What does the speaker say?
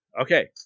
Okay